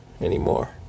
anymore